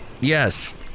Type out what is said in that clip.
Yes